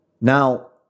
Now